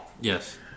Yes